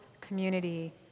community